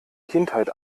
kindheit